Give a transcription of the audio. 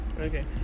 Okay